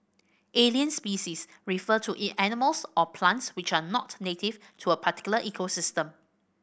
alien species refer to animals or plants which are not native to a particular ecosystem